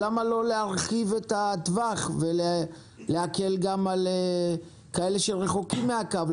למה לא להרחיב את הטווח ולהקל גם על כאלה שרחוקים מהקו?